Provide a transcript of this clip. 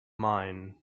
main